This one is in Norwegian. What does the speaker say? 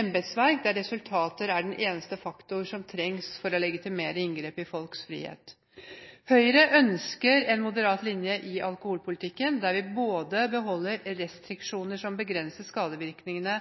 embetsverk, der resultater er den eneste faktor som trengs for å legitimere inngrep i folks frihet. Høyre ønsker en moderat linje i alkoholpolitikken, der vi beholder restriksjoner som begrenser skadevirkningene